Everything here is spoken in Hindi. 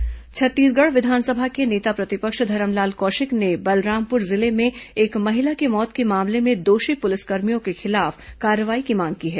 नेता प्रतिपक्ष बयान छत्तीसगढ़ विधानसभा के नेता प्रतिपक्ष धरमलाल कौशिक ने बलरामपुर जिले में एक महिला की मौत के मामले में दोषी पुलिसकर्मियों के खिलाफ कार्रवाई की मांग की है